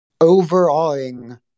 overawing